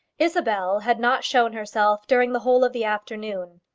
isabel had not shown herself during the whole of the afternoon.